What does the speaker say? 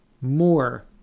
more